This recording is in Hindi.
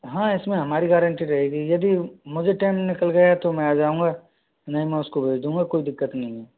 हाँ इसमें हमारी गारंटी रहेगी यदि मुझे टाइम निकल गया तो मैं आ जाऊंगा नहीं मैं उसको भेज दूंगा कोई दिक्कत नहीं है